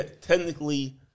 technically